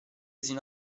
sino